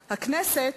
"הכנסת,